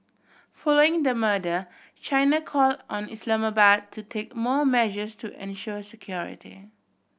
following the murder China call on Islamabad to take more measures to ensure security